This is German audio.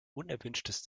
unerwünschtes